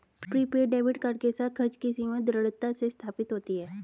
prepaid debit card के साथ, खर्च की सीमा दृढ़ता से स्थापित होती है